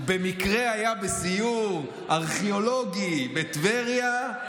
הוא במקרה היה בסיור ארכיאולוגי בטבריה,